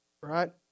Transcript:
right